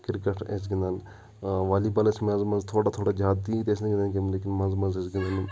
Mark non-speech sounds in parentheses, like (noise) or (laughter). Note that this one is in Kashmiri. کِرکَٹ ٲسۍ گِنٛدان والی بال ٲسۍ منٛزٕ منٛزٕ تھوڑا تھوڑا زیادٕ تیٖتۍ ٲسۍ نہٕ گِنٛدان (unintelligible) لیکِن منٛزٕ منٛزٕ ٲسۍ گِنٛدان